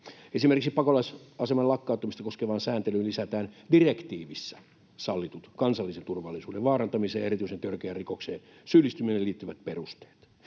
Esimerkiksi pakolaisaseman lakkauttamista koskevaan sääntelyyn lisätään direktiivissä sallitut kansallisen turvallisuuden vaarantamiseen ja erityisen törkeään rikokseen syyllistymiseen liittyvät perusteet.